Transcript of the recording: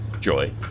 Joy